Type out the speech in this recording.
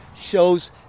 shows